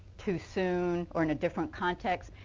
too soon or and a different context,